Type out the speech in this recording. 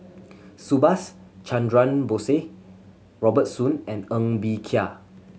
Subhas Chandra Bose Robert Soon and Ng Bee Kia